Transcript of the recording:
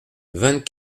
vingt